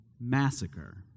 massacre